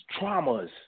traumas